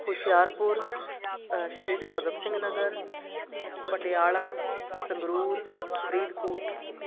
Hoshiarpur Shaheed Bhagat Singh Nagar Patiala Sangrur Faridkot